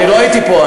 אני לא הייתי פה.